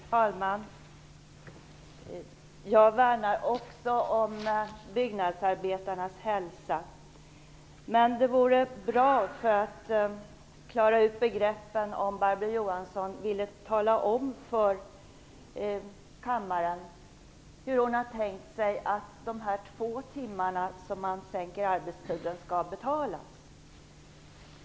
Fru talman! Jag värnar också om byggnadsarbetarnas hälsa. Men det vore bra för att klara ut begreppen, om Barbro Johansson ville tala om för kammaren hur hon har tänkt sig att de två timmarna som man sänker arbetstiden skall betalas.